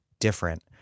different